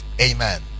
amen